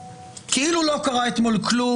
כאילו לא קרה אתמול כלום,